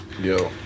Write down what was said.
Yo